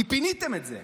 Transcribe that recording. כי פיניתם את זה,